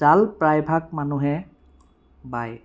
জাল প্ৰায়ভাগ মানুহে বায়